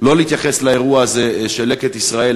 שלא להתייחס לאירוע הזה של "לקט ישראל",